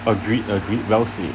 agree agree well said